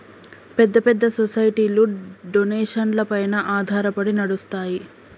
పెద్ద పెద్ద సొసైటీలు డొనేషన్లపైన ఆధారపడి నడుస్తాయి